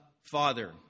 Father